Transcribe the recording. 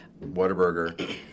Whataburger